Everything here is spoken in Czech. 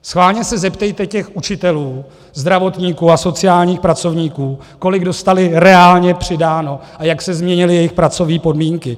Schválně se zeptejte těch učitelů, zdravotníků a sociálních pracovníků, kolik dostali reálně přidáno a jak se změnily jejich pracovní podmínky.